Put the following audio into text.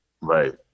Right